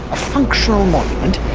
a functional monument.